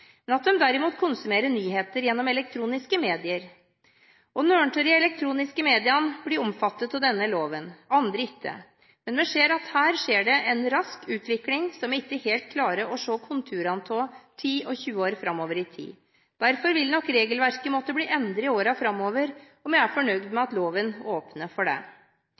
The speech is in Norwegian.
Men her skjer det en rask utvikling som vi ikke klarer å se konturene av 10–20 år framover i tid. Derfor vil nok regelverket måtte bli endret i årene framover, og vi er fornøyd med at loven åpner for det.